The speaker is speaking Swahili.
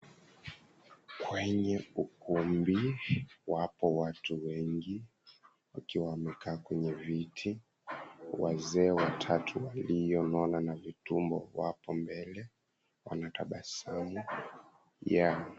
Kwenye ukumbi, wapo watu wengi wakiwa wamekaa kwenye viti. Wazee watatu walionona na vitumbo wapo mbele wanatabasamu.